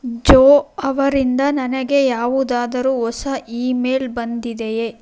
ಜೋ ಅವರಿಂದ ನನಗೆ ಯಾವುದಾದರೂ ಹೊಸ ಇಮೇಲ್ ಬಂದಿದೆಯೇ